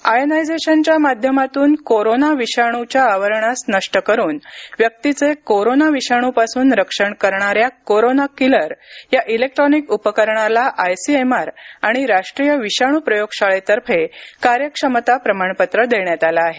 आयनायझेशनच्या माध्यमातून कोरोना विषाणूच्या आवरणास नष्ट करून व्यक्तीचे कोरोना विषाणूपासून रक्षण करणाऱ्या कोरोना किलर या इलेक्ट्रॉनिक उपकरणास आय सी एम आर आणि राष्टीय विषाणू प्रयोगशाळेतर्फे कार्यक्षमता प्रमाणपत्र देण्यात आलं आहे